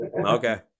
okay